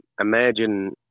Imagine